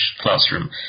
classroom